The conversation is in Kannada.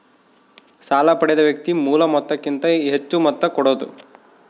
ಸಾಲ ಪಡೆದ ವ್ಯಕ್ತಿ ಮೂಲ ಮೊತ್ತಕ್ಕಿಂತ ಹೆಚ್ಹು ಮೊತ್ತ ಕೊಡೋದು